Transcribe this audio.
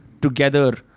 together